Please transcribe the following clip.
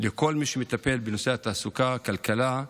לכל מי שמטפל בנושא התעסוקה, הכלכלה,